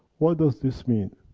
what does this mean?